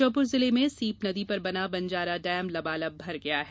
श्योपुर जिले में सीप नदी पर बना बंजारा डेम लबालब भर गया है